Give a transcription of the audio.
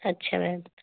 ਅੱਛਾ ਮੈਮ